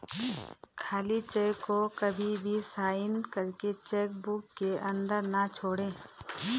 खाली चेक को कभी भी साइन करके चेक बुक के अंदर न छोड़े